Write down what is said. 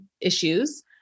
issues